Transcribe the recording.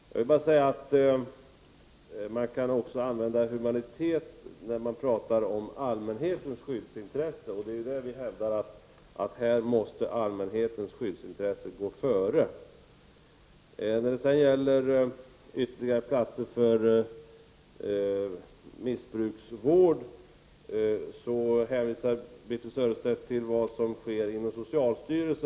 Jag vill bara säga att man också kan tala om humanitet när det gäller allmänhetens skyddsintresse, och vi hävdar att allmänhetens skyddsintresse här måste gå före. När det gäller ytterligare platser för missbrukarvård hänvisar Birthe Sörestedt till vad som sker inom socialstyrelsen.